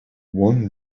one